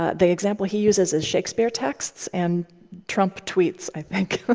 ah the example he uses is shakespeare texts and trump tweets, i think.